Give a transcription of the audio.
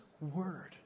word